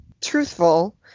truthful